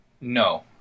No